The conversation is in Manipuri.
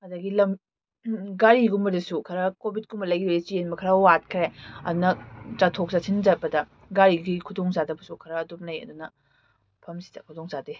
ꯑꯗꯗꯤ ꯒꯥꯔꯤꯒꯨꯝꯕꯗꯁꯨ ꯈꯔ ꯀꯣꯕꯤꯠꯀꯨꯝꯕ ꯂꯩꯈꯤꯕꯗꯩ ꯆꯦꯟꯕ ꯈꯔ ꯋꯥꯠꯈ꯭ꯔꯦ ꯑꯗꯨꯅ ꯆꯠꯊꯣꯛ ꯆꯠꯁꯤꯟ ꯆꯠꯄꯗ ꯒꯥꯔꯤꯒꯤ ꯈꯨꯗꯣꯡ ꯆꯥꯗꯕꯁꯨ ꯈꯔ ꯑꯗꯨꯝ ꯂꯩ ꯑꯗꯨꯅ ꯃꯐꯝꯁꯤꯗ ꯈꯨꯗꯣꯡ ꯆꯥꯗꯦ